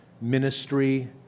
ministry